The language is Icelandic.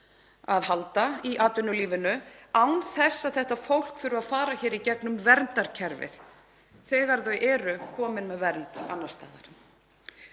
að halda í atvinnulífinu, án þess að þau þurfi að fara í gegnum verndarkerfið þegar þau eru komin með vernd annars staðar.